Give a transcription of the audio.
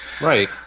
right